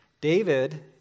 David